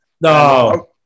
no